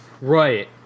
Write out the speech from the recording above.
right